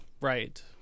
Right